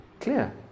clear